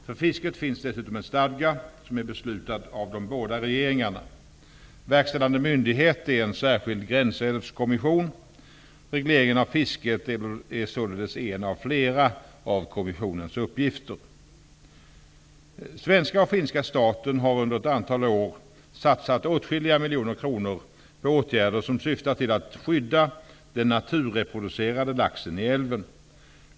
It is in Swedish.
För fisket finns dessutom en stadga som är beslutad av de båda regeringarna. Verkställande myndighet är en särskild gränsälvskommission. Reglering av fisket är således en av flera av kommissionens uppgifter. Svenska och finska staten har under ett antal år satsat åtskilliga miljoner kronor på åtgärder som syftar till att skydda den naturreproducerande laxen i älven.